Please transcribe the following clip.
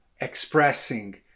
expressing